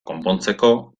konpontzeko